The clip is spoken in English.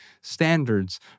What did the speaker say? standards